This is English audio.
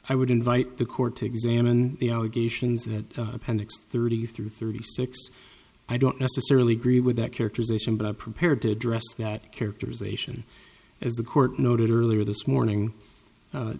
i would invite the court to examine the allegations that appendix thirty through thirty six i don't necessarily agree with that characterization but are prepared to address that characterization as the court noted earlier this morning